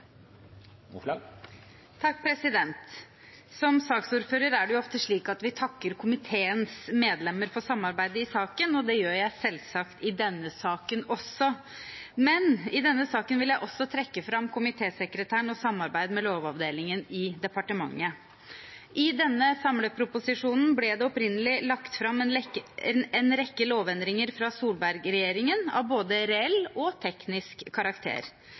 3 minutter. Som saksordfører er det ofte slik at man takker komiteens medlemmer for samarbeidet i saken, og det gjør jeg selvsagt i denne saken også. Men i denne saken vil jeg også trekke fram komitésekretæren og samarbeidet med lovavdelingen i departementet. I denne samleproposisjonen ble det opprinnelig lagt fram en rekke lovendringer fra Solberg-regjeringen av både reell og teknisk karakter.